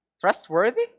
trustworthy